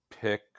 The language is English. pick